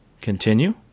Continue